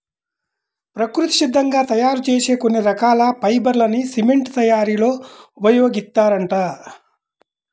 ప్రకృతి సిద్ధంగా తయ్యారు చేసే కొన్ని రకాల ఫైబర్ లని సిమెంట్ తయ్యారీలో ఉపయోగిత్తారంట